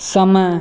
समय